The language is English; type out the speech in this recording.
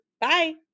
Bye